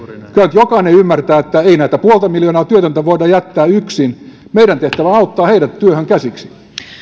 jokainen ymmärtää että ei näitä puolta miljoonaa työtöntä voida jättää yksin meidän tehtävämme on auttaa heidät työhön käsiksi